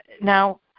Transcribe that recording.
now